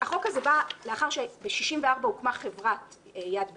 החוק הזה בא לאחר שבשנת 64 הוקמה חברת יד בן-צבי,